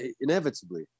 inevitably